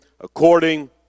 according